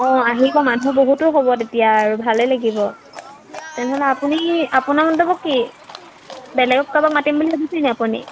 অঁ আহিব মানুহ বহুতো হ'ব তেতিয়া আৰু ভালেই লাগিব তেনেহ'লে আপুনি আপোনাৰ মন্তব্য় কি বেলেগক কাৰোবাক মাতিম বুলি ভাবিছেনি আপুনি